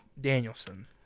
Danielson